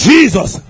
Jesus